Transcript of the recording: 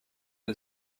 une